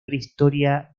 prehistoria